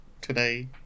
today